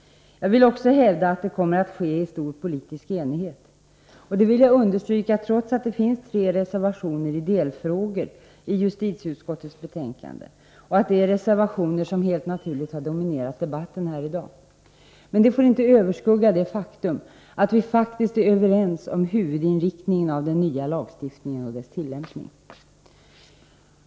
Jag vill också hävda att beslutet kommer att kunna fattas i stor politisk enighet. Det vill jag understryka trots att det finns tre reservationer i delfrågor till justitieutskottets betänkande och att det är reservationer som helt naturligt dominerat debatten här i kammaren i dag. Detta får dock inte överskugga det faktum att vi faktiskt är överens om huvudinriktningen för den nya lagstiftningen och dess tillämpning.